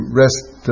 rest